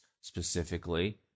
specifically